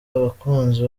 abakunzi